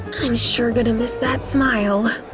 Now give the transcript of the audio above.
i'm sure gonna miss that smile.